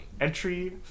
Entry